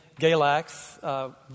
Galax